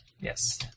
Yes